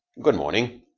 good morning.